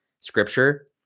scripture